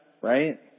right